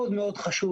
זה מאוד מאוד חשוב.